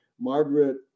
Margaret